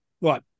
Right